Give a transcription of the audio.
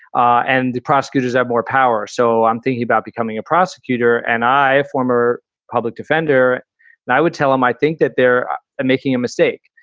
ah and the prosecutors have more power. so i'm thinking about becoming a prosecutor and i a former public defender and i would tell them, i think that they're making a mistake.